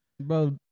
Bro